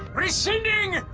rescinding!